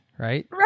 Right